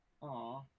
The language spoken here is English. Aw